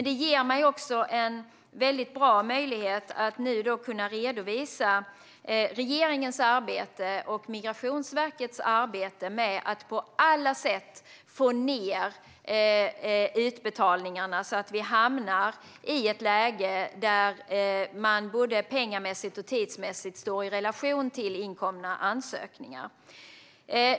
Det ger mig en väldigt bra möjlighet att nu kunna redovisa regeringens och Migrationsverkets arbete med att på alla sätt få ned utbetalningarna så att vi hamnar i ett läge där man både pengamässigt och tidsmässigt står i relation till inkomna ansökningar.